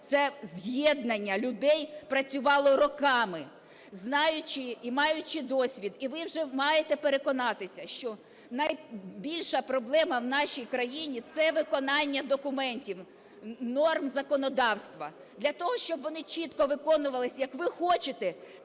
це з'єднання людей працювало роками. Знаючи і маючи досвід, і ви вже маєте переконатися, що найбільша проблема в нашій країні – це виконання документів, норм законодавства. Для того, щоб вони чітко виконувалися, як ви хочете,